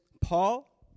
Paul